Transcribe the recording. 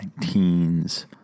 teens